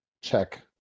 Check